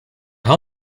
how